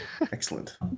Excellent